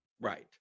Right